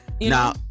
now